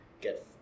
get